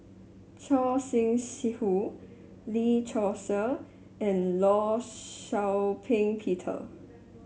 Choor Singh Sidhu Lee Seow Ser and Law Shau Ping Peter